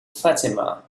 fatima